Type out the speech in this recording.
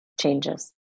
changes